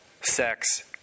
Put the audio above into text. sex